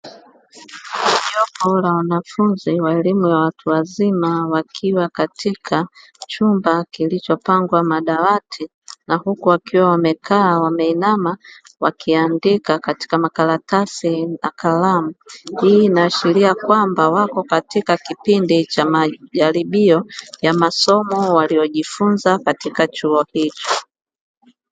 Jopo la wanafunzi wa elimu ya watu wazima wakiwa katika chumba kilichopangwa madawati na huku wakiwa wamekaa wameinama, wakiandika katika makaratasi na kalamu. Hii inaashiria kwamba wako katika kipindi cha majaribio ya masomo waliyojifunza katika chuo hicho.